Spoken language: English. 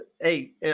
Hey